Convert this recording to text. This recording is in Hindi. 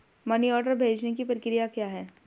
मनी ऑर्डर भेजने की प्रक्रिया क्या है?